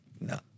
no